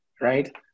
right